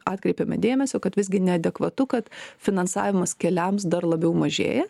atkreipėme dėmesį kad visgi neadekvatu kad finansavimas keliams dar labiau mažėja